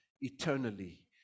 eternally